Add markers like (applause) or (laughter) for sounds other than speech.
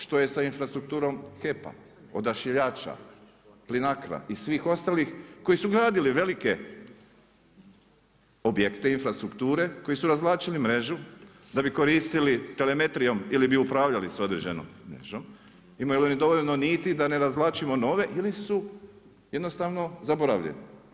Što je sa infrastrukturom HEP-a, odašiljača … (unintelligible) i svih ostalih koji su gradili velike objekte infrastrukture, koji su razvlačili mrežu, da bi koristili telemetrijom, ili bi upravljali s određenom mrežom, imaju li dovoljno niti, da ne razvlačimo nove, ili su jednostavno zaboravljeni?